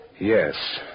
Yes